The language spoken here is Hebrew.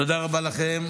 תודה רבה לכם.